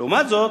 לעומת זאת,